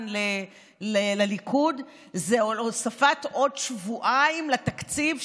לליכוד זה הוספת עוד שבועיים לתקציב,